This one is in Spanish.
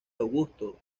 augusto